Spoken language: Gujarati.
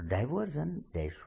p r|r r|